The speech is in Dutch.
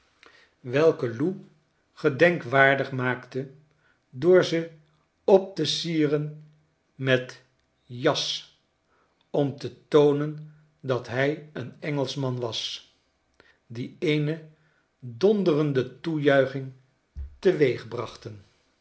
welke lou gedenkwaardigmaaktedoor ze op te sieren met yas fl om te toonen dat hij een engelschman was die eene donderende toejuiching